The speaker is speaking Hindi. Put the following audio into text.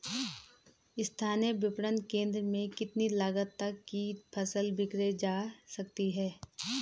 स्थानीय विपणन केंद्र में कितनी लागत तक कि फसल विक्रय जा सकती है?